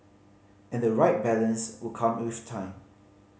and the right balance would come with time